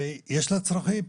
ויש לה צרכים.